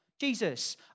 Jesus